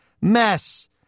mess